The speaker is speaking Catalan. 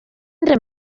entre